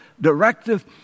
directive